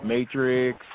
Matrix